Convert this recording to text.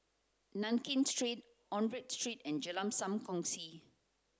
Nankin Street Onraet Road and Jalan Sam Kongsi